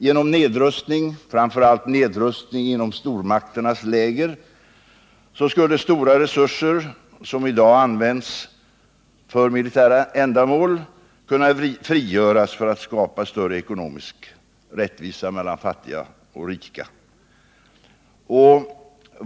Genom nedrustning — framför allt inom stormakternas läger — skulle stora resurser, som i dag används för militära ändamål, kunna frigöras för att skapa större ekonomisk rättvisa mellan fattiga och rika.